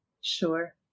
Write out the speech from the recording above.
Sure